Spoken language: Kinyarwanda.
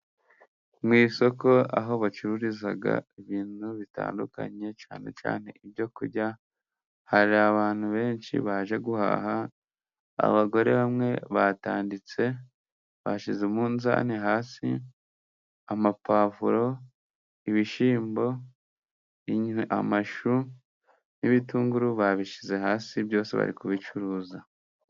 Mu isoko aho bacururiza ibintu bitandukanye cyane cyane ibyo kurya, hari abantu benshi baje guhaha. Abagore bamwe batanditse bashize umunzani hasi, amapavuro, ibishyimbo, amashu, n'ibitunguru, babishyize hasi byose bari kubicuruza.